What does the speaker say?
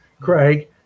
craig